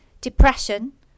depression